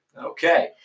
Okay